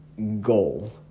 goal